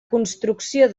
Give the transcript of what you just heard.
construcció